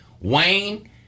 Wayne